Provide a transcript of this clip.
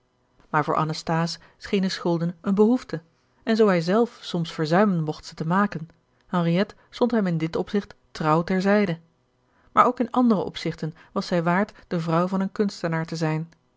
maar voor anasthase schenen schulden eene behoefte en zoo hij zelf soms verzuimen mocht ze te maken henriette stond hem in dit opzicht trouw ter zijde maar ook in andere opzichten was zij waard de vrouw van een kunstenaar te zijn